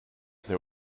there